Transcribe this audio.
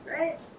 right